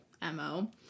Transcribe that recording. MO